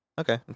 Okay